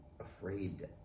afraid